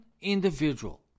individual